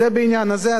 זה בעניין הזה.